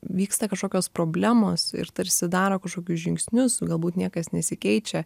vyksta kažkokios problemos ir tarsi daro kažkokius žingsnius galbūt niekas nesikeičia